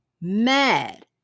mad